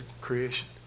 creation